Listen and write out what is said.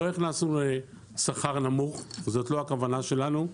לא הכנסנו לשכר נמוך, זאת לא הכוונה שלנו.